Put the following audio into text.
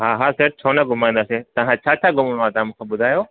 हा हा सर छो न घुमंदासीं तव्हांखे छा छा घुमणो आहे तव्हां मूंखे ॿुधायो